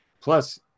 Plus